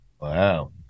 Wow